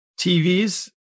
TVs